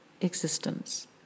existence